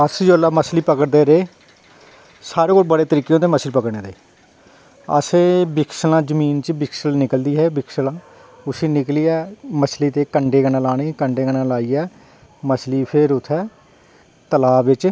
अस जोल्लै मछ्ली पगड़दे रेह् साढ़े कोल बड़े तरीके होंदे मछली पकड़ने दे अस जमीन च बिस्कल निकलदी बिस्कल उसी निकलियै मछली दे कंडै कन्नै लानी ते कंडै कन्नै लाइयै मछली फिर उत्थें तलाब बिच